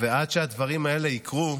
ועד שהדברים האלה יקרו,